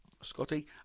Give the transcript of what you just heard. Scotty